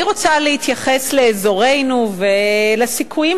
אני רוצה להתייחס לאזורנו ולסיכויים